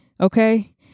okay